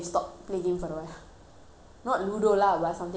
not ludo lah but something else we play chit chat for a bit